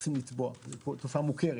מחפשים לתבוע, וזו תופעה מוכרת.